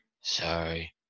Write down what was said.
sorry